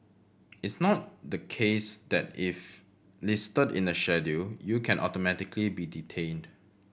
it's not the case that if listed in the Schedule you can automatically be detained